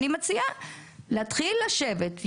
אני מציעה להתחיל לשבת על זה,